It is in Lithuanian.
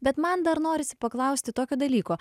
bet man dar norisi paklausti tokio dalyko